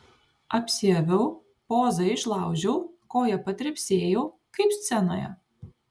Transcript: apsiaviau pozą išlaužiau koja patrepsėjau kaip scenoje